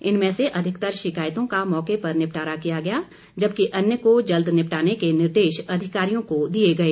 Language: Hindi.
इनमें से अधिकतर शिकायतों का मौके पर निपटारा किया गया जबकि अन्य को जल्द निपटाने के निर्देश अधिकारियों को दिए गए